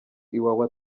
iwawa